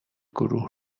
گروه